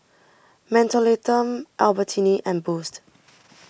Mentholatum Albertini and Boost